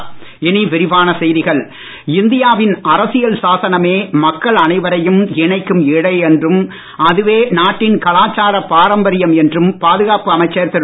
ராஜ்நாத் சிங் இந்தியாவின் அரசியல் சாசனமே மக்கள் அனைவரயும் இணைக்கும் இழை என்றும் அதுவே நாட்டின் கலாச்சார பாரம்பரியம் என்றும் பாதுகாப்பு அமைச்சர் திரு